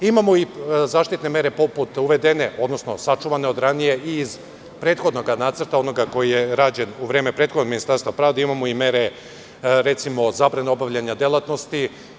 Imamo i zaštitne mere poput uvedene, odnosno sačuvane od ranije i iz prethodnog nacrta onog koji je rađen u vreme prethodnog Ministarstva pravde, imamo i mere recimo, zabrane obaljanja delatnosti.